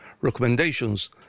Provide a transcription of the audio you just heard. recommendations